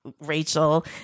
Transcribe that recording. Rachel